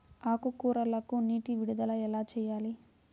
ఆకుకూరలకు నీటి విడుదల ఎలా చేయాలి?